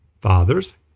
fathers